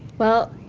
well,